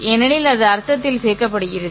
ஏனெனில் அது அர்த்தத்தில் சேர்க்கப்படுகிறது